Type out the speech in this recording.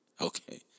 Okay